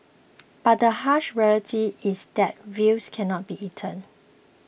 but the harsh reality is that views cannot be eaten